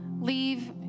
leave